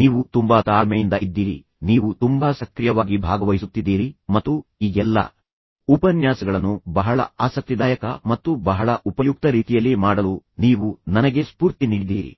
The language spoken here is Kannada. ನೀವು ತುಂಬಾತಾಳ್ಮೆಯಿಂದ ಇದ್ದೀರಿ ನೀವು ತುಂಬಾ ಸಕ್ರಿಯವಾಗಿ ಭಾಗವಹಿಸುತ್ತಿದ್ದೀರಿ ಮತ್ತು ಈ ಎಲ್ಲಾ ಉಪನ್ಯಾಸಗಳನ್ನು ಬಹಳ ಆಸಕ್ತಿದಾಯಕ ಮತ್ತು ಬಹಳ ಉಪಯುಕ್ತ ರೀತಿಯಲ್ಲಿ ಮಾಡಲು ನೀವು ನನಗೆ ಸ್ಫೂರ್ತಿ ನೀಡಿದ್ದೀರಿ